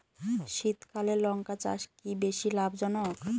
শীতকালে লঙ্কা চাষ কি বেশী লাভজনক?